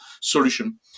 solution